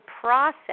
process